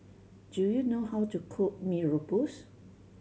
do you know how to cook Mee Rebus